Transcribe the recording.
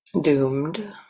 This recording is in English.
doomed